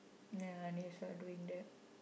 ya and you start doing that